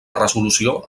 resolució